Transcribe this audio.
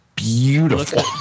beautiful